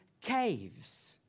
Caves